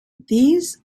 these